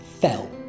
fell